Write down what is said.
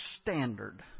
standard